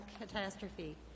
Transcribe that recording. catastrophe